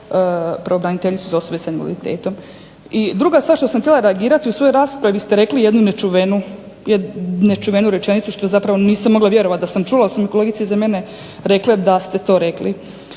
pravobraniteljicu za osobe s invaliditetom. I druga stvar što sam htjela reagirati, u svojoj raspravi ste rekli jednu nečuvenu rečenicu što zapravo nisam mogla vjerovat da sam čula jer su mi kolegice iza mene rekle da ste to rekli.